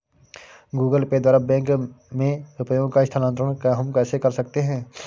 Google Pay द्वारा bank में रुपयों का स्थानांतरण हम कैसे कर सकते हैं?